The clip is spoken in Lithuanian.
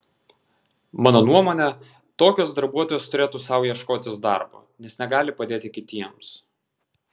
mano nuomone tokios darbuotojos turėtų sau ieškotis darbo nes negali padėti kitiems